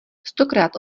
stokrát